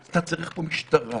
אתה צריך פה משטרה